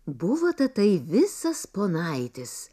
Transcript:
buvo tatai visas ponaitis